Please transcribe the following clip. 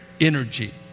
energy